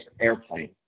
airplane